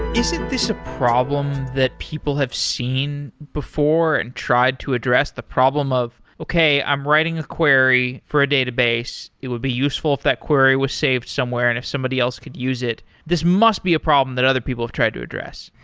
is it this a problem that people have seen before and tried to address the problem of, okay, i'm writing a query for a database. it would be useful if that query was saved somewhere and if somebody else could use it. this must be a problem that other people have tried to address.